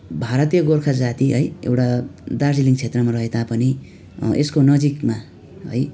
भारतीय गोर्खा जाती है एउटा दार्जिलिङ क्षेत्रमा रहे तापनि यसको नजिकमा है